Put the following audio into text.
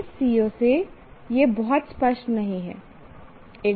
इस CO से यह बहुत स्पष्ट नहीं है